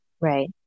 Right